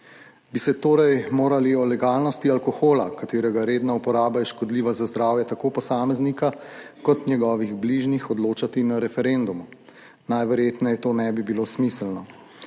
Bi se torej morali o legalnosti alkohola, katerega redna uporaba je škodljiva za zdravje tako posameznika kot njegovih bližnjih, odločati na referendumu, najverjetneje to ne bi bilo smiselno.